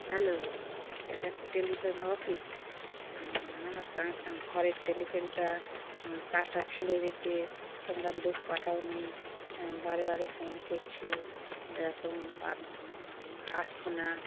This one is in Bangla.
হ্যালো এটা কি টেলিফোন অফিস আমার ঘরের টেলিফোনটা তারটা ছিঁড়ে গেছে তোমরা লোক পাঠওনি বারে বারে ফোন করছি এরকম আসছে না